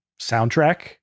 soundtrack